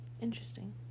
interesting